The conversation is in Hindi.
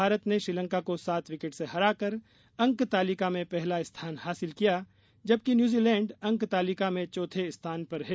भारत ने श्रीलंका को सात विकेट से हराकर अंक तालिका में पहला स्थान हासिल किया जबकि न्यूजीलैंड अंक तालिका में चौथे स्थान पर है